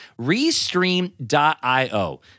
restream.io